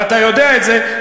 ואתה יודע את זה,